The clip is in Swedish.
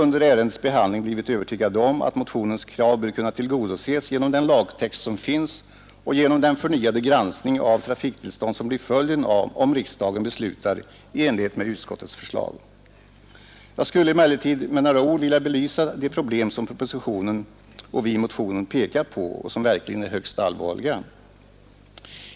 Under ärendets behandling har jag blivit övertygad om att motionens krav bör kunna tillgodoses genom den lagtext som finns och genom den förnyade granskning av trafiktillstånd som blir följden om riksdagen beslutar i enlighet med utskottets förslag. Jag skulle emellertid med några ord vilja belysa att de problem som propositionen och motionen pekat på verkligen är högst allvarliga.